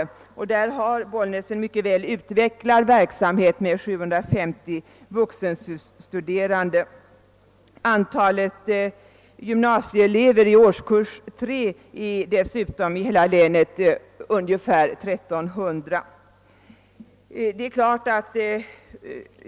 Bollnäs har nämligen en mycket väl utvecklad verksamhet i det fallet med 750 vuxenstuderande, Antalet gymnasieelever i årskurs 3 är dessutom i hela länet ungefär 1 300.